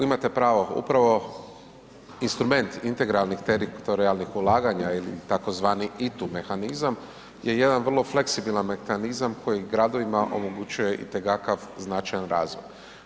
Imate pravo, upravo instrument integralnih teritorijalnih ulaganja ili tzv. ITU mehanizam je jedan vrlo fleksibilan mehanizam koji gradovima omogućuje itekakav značajan razvoj.